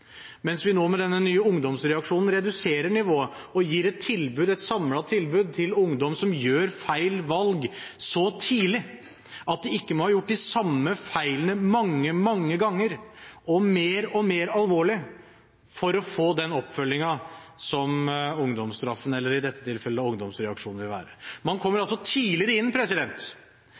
mens vi nå med denne nye ungdomsreaksjonen reduserer nivået og gir et samlet tilbud til ungdom som gjør feil valg, så tidlig at de ikke må ha gjort de samme feilene mange, mange ganger og mer og mer alvorlig for å få den oppfølgingen som ungdomsstraffen, eller i dette tilfellet ungdomsreaksjonen, vil være. Man kommer altså tidligere inn.